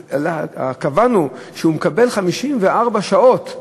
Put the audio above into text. אז קבענו שהוא מקבל 54 שעות,